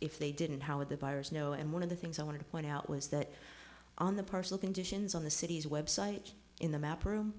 if they didn't how would the buyers know and one of the things i wanted to point out was that on the personal conditions on the city's website in the map room